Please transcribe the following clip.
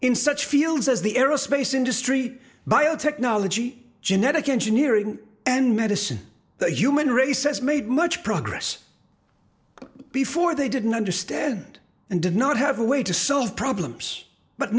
in such fields as the aerospace industry biotechnology genetic engineering and medicine the human race has made much progress before they didn't understand and did not have a way to solve problems but